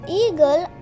eagle